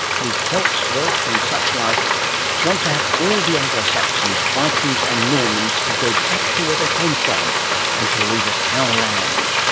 we celts, welsh, and suchlike want to have all the anglo-saxons, vikings, and normans to go back to where they came from and to leave our land.